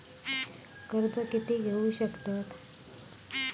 कर्ज कीती घेऊ शकतत?